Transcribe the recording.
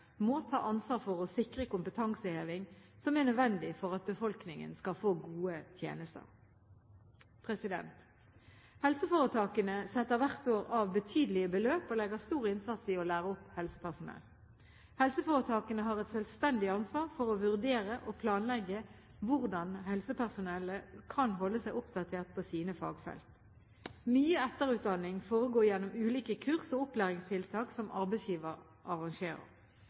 må ta ansvar for å sikre kompetanseheving som er nødvendig for at befolkningen skal få gode tjenester. Helseforetakene setter hvert år av betydelige beløp og legger stor innsats i å lære opp helsepersonell. Helseforetakene har et selvstendig ansvar for å vurdere og planlegge hvordan helsepersonellet kan holde seg oppdatert på sine fagfelt. Mye etterutdanning foregår gjennom ulike kurs og opplæringstiltak som arbeidsgiver arrangerer.